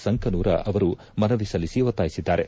ಸಂಕನೂರ ಅವರು ಮನವಿ ಸಲ್ಲಿಸಿ ಒತ್ತಾಯಿಸಿದ್ದಾರೆ